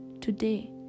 Today